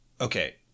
okay